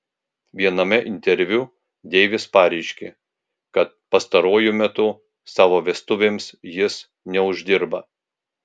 viename interviu deivis pareiškė kad pastaruoju metu savo vestuvėms jis neuždirba